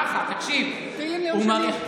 תהילים ליום שני,